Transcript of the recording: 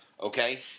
okay